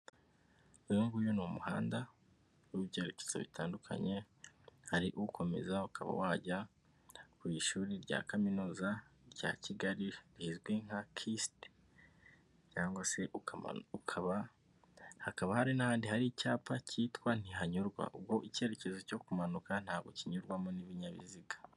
Uyu nguyu ni umuhanda w'ibyerekezo bitandukanye, hari ukomeza ukaba wajya ku ishuri rya kaminuza rya Kigali rizwi nka KST cyangwa se ukaba hakaba hari n'ahandi hari icyapa cyitwa ntihanyurwa. Ubwo icyerekezo cyo kumanuka ntabwo kinyurwamo n'ibinyabiziga.